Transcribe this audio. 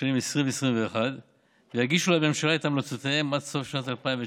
בשנים 2021-2020 ויגישו לממשלה את המלצותיהם בעניין עד סוף שנת 2019,